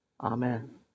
Amen